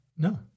No